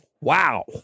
wow